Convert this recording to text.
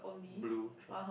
blue tr~